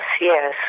yes